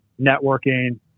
networking